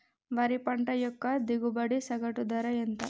వరి పంట యొక్క దిగుబడి సగటు ధర ఎంత?